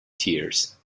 tears